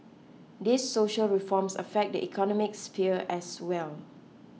these social reforms affect the economic sphere as well